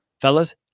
fellas